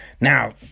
Now